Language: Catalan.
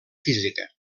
física